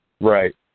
Right